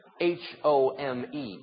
H-O-M-E